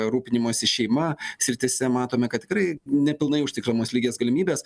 rūpinimosi šeima srityse matome kad tikrai nepilnai užtikrinamos lygios galimybės